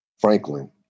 Franklin